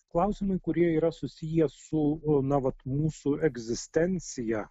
klausimai kurie yra susiję su na vat mūsų egzistencija